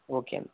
okay എന്നാൽ